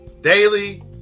Daily